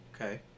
okay